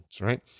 right